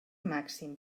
màxim